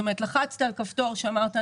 כשלחצת על כפתור ואמרת,